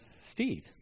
Steve